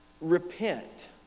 Repent